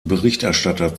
berichterstatter